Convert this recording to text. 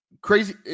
Crazy